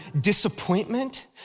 disappointment